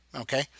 okay